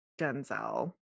Denzel